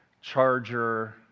Charger